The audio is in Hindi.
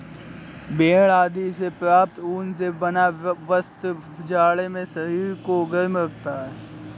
भेड़ आदि से प्राप्त ऊन से बना वस्त्र जाड़े में शरीर को गर्म रखता है